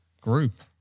group